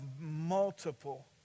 multiple